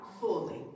fully